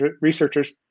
researchers